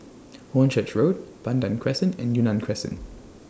Hornchurch Road Pandan Crescent and Yunnan Crescent